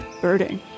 birding